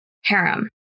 harem